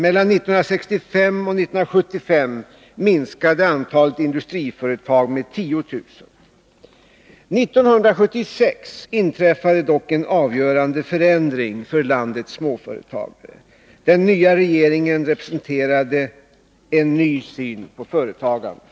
Mellan 1965 och 1975 minskade antalet industriföretag med 10 000. År 1976 inträffade dock en avgörande förändring för landets småföretagare. Den nya regeringen representerade en ny syn på företagandet.